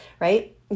right